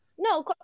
No